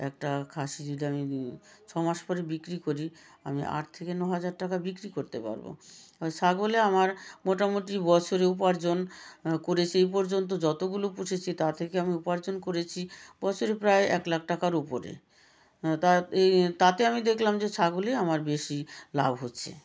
একটা খাসি যদি আমি ছ মাস পরে বিক্রি করি আমি আট থেকে ন হাজার টাকা বিক্রি করতে পারব ওই ছাগলে আমার মোটামুটি বছরে উপার্জন করেছি এই পর্যন্ত যতগুলো পুষেছি তার থেকে আমি উপার্জন করেছি বছরে প্রায় এক লাখ টাকার উপরে হ্যাঁ তা এই তাতে আমি দেখলাম যে ছাগলেই আমার বেশি লাভ হচ্ছে